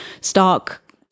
Stark